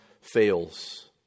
fails